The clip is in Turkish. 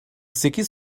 sekiz